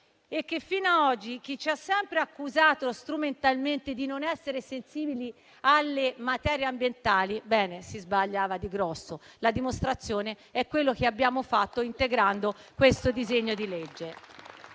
e che, fino a oggi, chi ci ha sempre accusato strumentalmente di non essere sensibili alle materie ambientali si sbagliava di grosso. La dimostrazione è ciò che abbiamo fatto integrando il disegno di legge